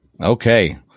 Okay